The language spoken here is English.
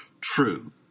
true